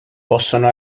possono